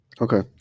Okay